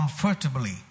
comfortably